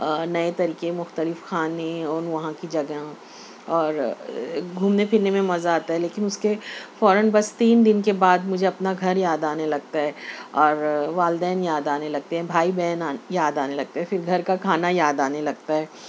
نئے طریقے مختلف کھانے اور وہاں کی جگہ اور گھومنے پھرنے میں مزہ آتا ہے لیکن اس کے فوراً بس تین دن کے بعد مجھے اپنا گھر یاد آنے لگتا ہے اور والدین یاد آنے لگتے ہیں بھائی بہن یاد آنے لگتے ہیں پھر گھر کا کھانا یاد آنے لگتا ہے